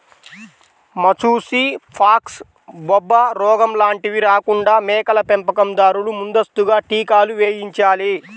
మశూచి, ఫాక్స్, బొబ్బరోగం లాంటివి రాకుండా మేకల పెంపకం దారులు ముందస్తుగా టీకాలు వేయించాలి